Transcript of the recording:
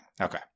okay